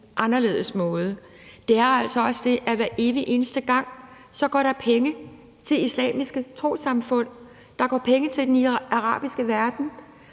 anderledes måde. Det er altså også det, at der hver evig eneste gang går penge til islamiske trossamfund og går penge til den arabiske verden.